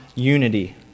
unity